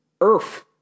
Earth